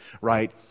right